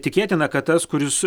tikėtina kad tas kuris